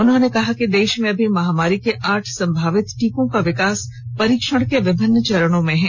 उन्होंने कहा कि देश में अभी महामारी के आठ संभावित टीकों का विकास परीक्षण के विभिन्न चरणों में है